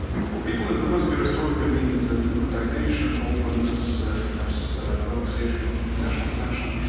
for people in the west, perestroika means ah democratisation, openness, perhaps relaxation of international tension.